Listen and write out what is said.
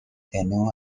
canoe